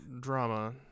drama